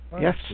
Yes